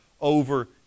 over